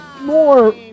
more